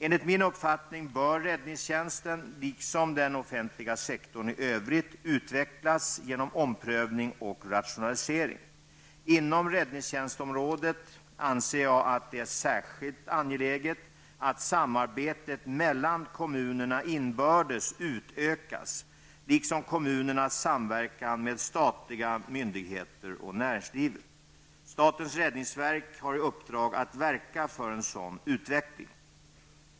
Enligt min uppfattning bör räddningstjänsten, liksom den offentliga sektorn i övrigt, utvecklas genom omprövning och rationalisering. Inom räddningstjänstsområdet anser jag att det är särskilt angeläget att samarbetet mellan kommunerna inbördes utökas liksom kommuneras samverkan med statliga myndigheter och näringslivet. Statens räddningsverk har i uppdrag att verka för en sådan utveckling.